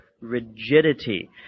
rigidity